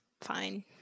fine